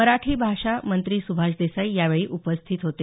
मराठी भाषा मंत्री सुभाष देसाई यावेळी उपस्थित होते